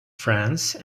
france